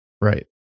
right